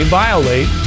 violate